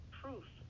proof